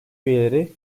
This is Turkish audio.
üyeleri